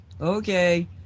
Okay